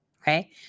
okay